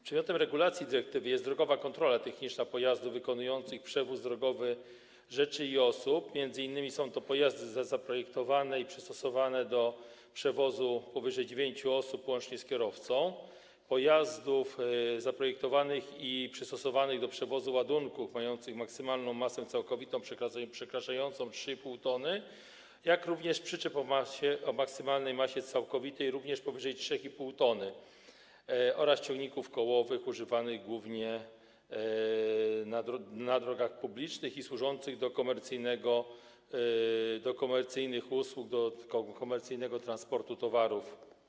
Przedmiotem regulacji dyrektywy jest drogowa kontrola techniczna: pojazdów wykonujących przewóz drogowy, rzeczy i osób, m.in. są to pojazdy zaprojektowane i przystosowane do przewozu powyżej dziewięciu osób łącznie z kierowcą, pojazdów zaprojektowanych i przystosowanych do przewozu ładunków mających maksymalną masę całkowitą przekraczającą 3,5 t, jak również przyczep o maksymalnej masie całkowitej powyżej 3,5 t oraz ciągników kołowych używanych głównie na drogach publicznych i służących do komercyjnych usług dodatkowych, komercyjnego transportu towarów.